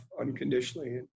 unconditionally